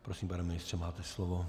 Prosím, pane ministře, máte slovo.